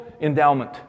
endowment